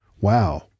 Wow